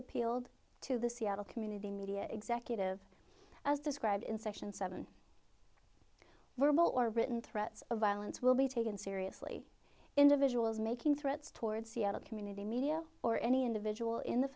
appealed to the seattle community media executive as described in section seven verbal or written threats of violence will be taken seriously individuals making threats toward seattle community media or any individual in the